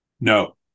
No